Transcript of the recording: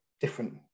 different